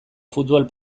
futbol